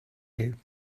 you